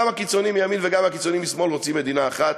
גם הקיצונים מימין וגם הקיצונים משמאל רוצים מדינה אחת